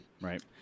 Right